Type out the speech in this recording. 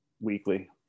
weekly